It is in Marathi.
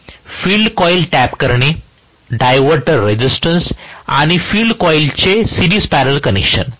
तर फील्ड कॉइल टॅप करणे डायव्हर्टर रेझिस्टन्स आणि फील्ड कॉइल्सचे सिरिजल पॅरेलल कनेक्शन